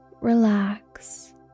relax